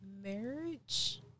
Marriage